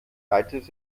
leitete